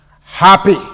happy